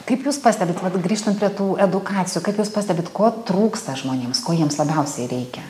kaip jūs pastebit vat grįžtant prie tų edukacijų kaip jūs pastebit ko trūksta žmonėms ko jiems labiausiai reikia